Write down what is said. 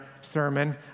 sermon